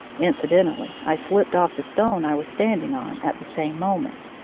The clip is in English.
incidentally, i slipped off the stone i was standing on at the same moment.